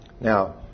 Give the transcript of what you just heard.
Now